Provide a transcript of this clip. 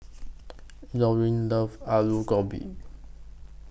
Lorine loves Alu Gobi